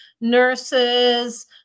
nurses